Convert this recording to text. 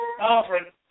Alfred